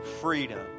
Freedom